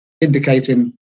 indicating